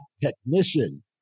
technician